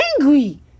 angry